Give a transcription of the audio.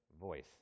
voice